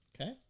Okay